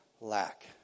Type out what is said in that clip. lack